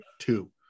two